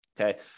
okay